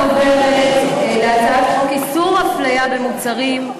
עכשיו אני עוברת להצעת חוק איסור הפליה במוצרים,